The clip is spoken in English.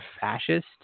fascist